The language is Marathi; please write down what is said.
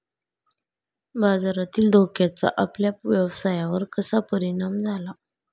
बाजारातील धोक्याचा आपल्या व्यवसायावर कसा परिणाम झाला?